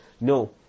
No